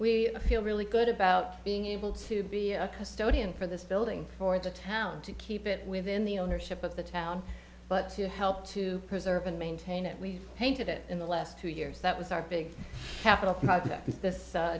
we feel really good about being able to be a custodian for this building for the town to keep it within the ownership of the town but to help to preserve and maintain it we hated it in the last two years that was our big capital